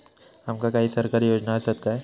आमका काही सरकारी योजना आसत काय?